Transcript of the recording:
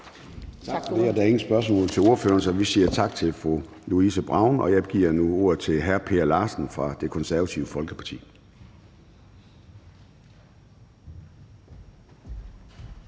det. Der er ingen spørgsmål til ordføreren, så vi siger tak til fru Louise Brown, og jeg giver nu ordet til hr. Per Larsen fra Det Konservative Folkeparti.